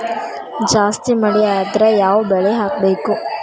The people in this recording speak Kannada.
ಜಾಸ್ತಿ ಮಳಿ ಆದ್ರ ಯಾವ ಬೆಳಿ ಹಾಕಬೇಕು?